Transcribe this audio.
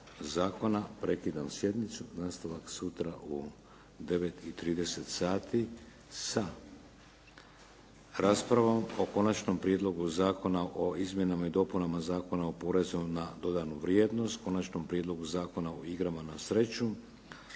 zakona. Prekidam sjednicu. Nastavak je sutra u 9,30 sati sa raspravom o Konačnom prijedlogu zakona o izmjenama i dopunama Zakona o porezu na dodanu vrijednost, Konačnom prijedlogu zakona o igrama na sreću,